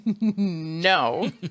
No